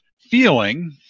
feeling